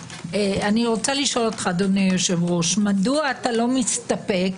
אדוני היושב-ראש, מדוע אינך מסתפק